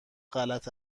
غلط